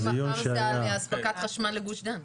עד מחר זה על אספקת חשמל לגוש דן.